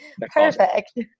perfect